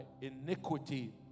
iniquity